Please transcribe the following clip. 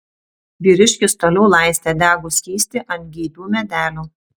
vyriškis toliau laistė degų skystį ant geibių medelių